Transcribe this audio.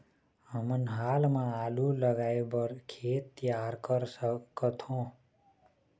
हमन हाल मा आलू लगाइ बर खेत तियार कर सकथों?